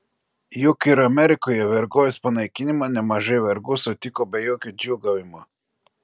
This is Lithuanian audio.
juk ir amerikoje vergovės panaikinimą nemažai vergų sutiko be jokio džiūgavimo